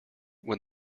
when